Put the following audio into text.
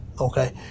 okay